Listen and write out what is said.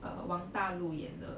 uh wang da lu 演的